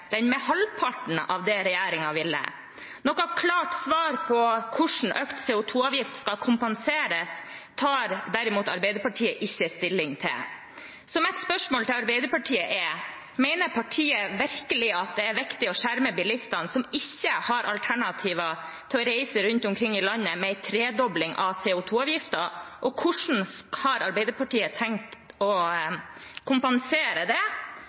med halvparten av det regjeringen ville. Noe klart svar på hvordan økt CO 2 -avgift skal kompenseres – det tar derimot Arbeiderpartiet ikke stilling til. Så mitt spørsmål til Arbeiderpartiet er: Mener partiet virkelig at det er viktig å skjerme bilistene som ikke har alternativer til å reise rundt omkring i landet, med en tredobling av CO 2 -avgiften? Og hvordan har Arbeiderpartiet tenkt å kompensere det